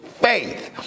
faith